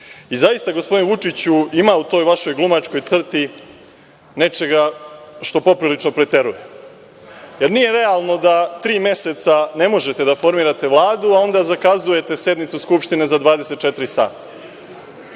I, zaista, gospodine Vučiću ima u toj vašoj glumačkoj crti nečega što poprilično preteruje, jer nije realno da tri meseca ne možete da formirate Vladu, a onda zakazujete sednicu Skupštine za 24 sata. Sa